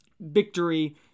victory